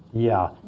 yeah.